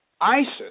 ISIS